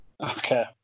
Okay